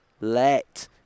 Let